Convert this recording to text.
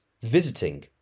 visiting